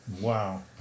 Wow